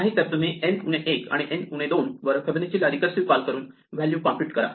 नाहीतर तुम्ही n उणे 1 आणि n उणे 2 वर फिबोनाची ला रीकर्सिव कॉल करून व्हॅल्यू कॉम्प्युट करा